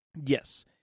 Yes